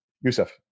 Youssef